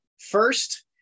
First